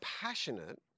passionate